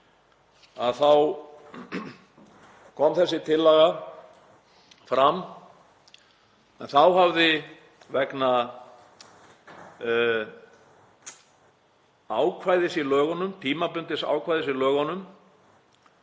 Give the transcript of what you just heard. Þá kom þessi tillaga fram en vegna tímabundins ákvæðis í lögunum